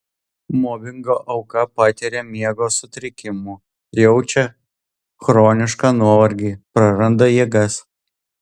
mobingo auka patiria miego sutrikimų jaučia chronišką nuovargį praranda jėgas